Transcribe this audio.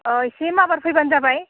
एसे माबार फैब्लानो जाबाय